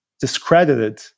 discredited